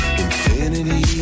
infinity